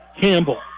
Campbell